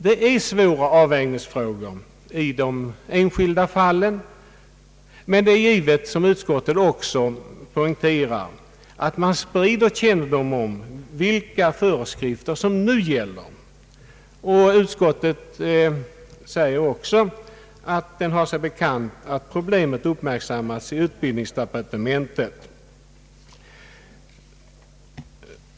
Det är svåra avvägningsfrågor i de enskilda fallen, men det är givet att man, som utskottet också poängterar, sprider kännedom om vilka föreskrifter som nu gäller. Utskottet säger också att det har sig bekant att problemet uppmärksammats i utbildningsdepartementet.